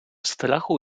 strachu